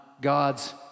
God's